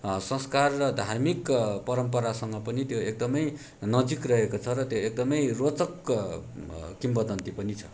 संस्कार र धार्मिक परम्परासँग पनि त्यो एकदमै नजिक रहेको छ र त्यो एकदमै रोचक किंवदन्ती पनि छ